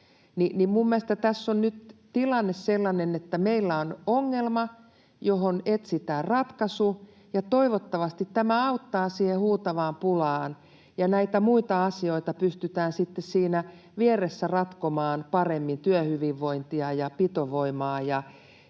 mielestäni tässä on nyt tilanne sellainen, että meillä on ongelma, johon etsitään ratkaisu. Toivottavasti tämä auttaa siihen huutavaan pulaan ja näitä muita asioita pystytään sitten siinä vieressä ratkomaan paremmin: työhyvinvointia ja pitovoimaa